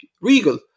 Regal